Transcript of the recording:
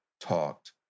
talked